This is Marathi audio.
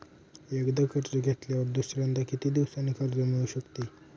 एकदा कर्ज घेतल्यावर दुसऱ्यांदा किती दिवसांनी कर्ज मिळू शकते?